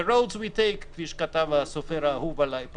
the roads we take כפי שכתב הסופר האהוב עלי,